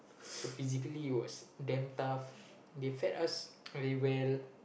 so physically it was damn tough they fed us very well